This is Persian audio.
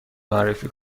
معرفی